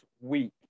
week